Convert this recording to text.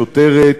שוטרת,